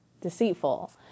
deceitful